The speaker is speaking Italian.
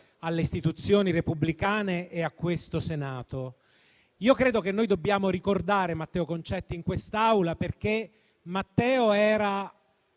alle istituzioni repubblicane e al Senato. Credo che dobbiamo ricordare Matteo Concetti in quest'Aula perché Matteo era,